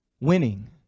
winning